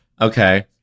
Okay